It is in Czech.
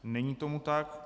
Není tomu tak.